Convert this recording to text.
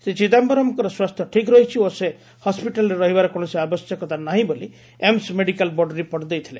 ଶ୍ରୀ ଚିଦାୟରମ୍ଙ୍କର ସ୍ୱାସ୍ଥ୍ୟ ଠିକ୍ ରହିଛି ଓ ସେ ହସ୍କିଟାଲ୍ରେ ରହିବାର କୌଣସି ଆବଶ୍ୟକତା ନାହିଁ ବୋଲି ଏମସ୍ ମେଡିକାଲ୍ ବୋର୍ଡ ରିପୋର୍ଟ ଦେଇଥିଲେ